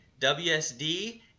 WSD